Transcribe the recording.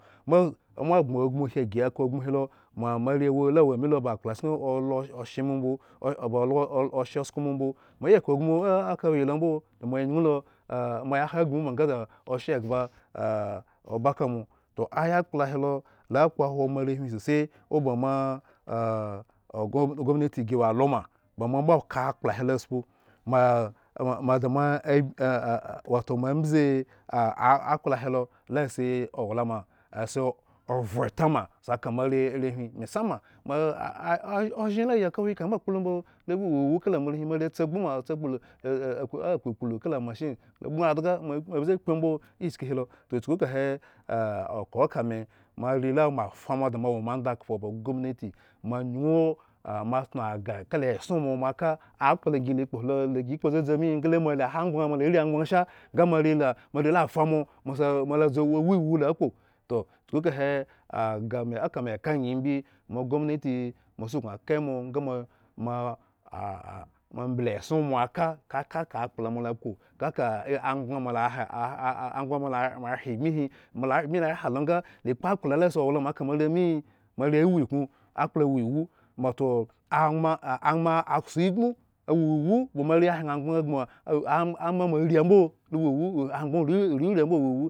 Momoagboŋ agmu si ygi aku agmu hilo mwa moare lawo ami lo ba akplachken olo oshe mbo mbo ba oshe sko mo mbo mo yi aku agmu ah akawayen lo mbo da moa ya nyuŋ lo ah moye ha agbu ma nga da oshe eghba oba kamo. Toh ayakpla he lo. lo akpoahwo moarehwin sose obamoaah ogom ogomnati giwo alo ma ba, moadamo ala ah wato moambzi ah akplaa helo la si owl ama asi ovhretama siko moare arehwin mesama maah ozhen layi akayuka moakpo lo mbo, lo ba wo iwu kala moare hwin, moare atsigbu ma atsigbu la ala akpukplu kala amashin agbondhga aa. moabze akpu ambo ishki hilo. Toh chuku ka. he ah oka oka memoare la moafa moda moawo moandkhpo ba gomnati moanyuŋ oka oka me moere la mo afa moda moawo moanda khpo ba gomnati moanyun moatna agah kala eson mo moaka akpla gi la kpo helo gila kpo dzadzi ami nga le moala ha, moare la fa moa mosa mola dzu lawo iwu lakpo toh chuku kahe agh me aka meka angyi imbi mo gomnati mo suknu aka emo ngamoa mo ah ahmoambbhi eson moaka ka ka eka akpla moalakpo ŋga ka amgban la ahre aa amgban moala ahre bmi hi moala bmi la hre lo gna la kpo akpla la si owlama ka moare mi, moare wu iknu akpla wo iwu wato amgban amma akso igbmon awo iwu ban moare ahyen amgbaŋ orurii ambo awo iwu